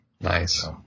Nice